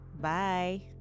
Bye